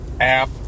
app